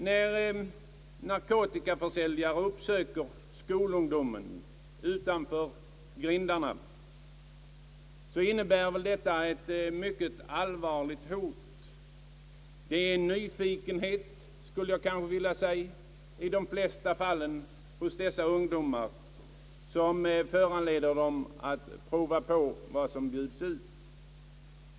Det innebär ett mycket allvarligt hot där narkotikaförsäljare uppsöker skolungdomen utanför skolans grindar. Det är i de flesta fall ren nyfikenhet som föranleder skolungdomen att pröva på vad som bjuds ut.